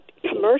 commercial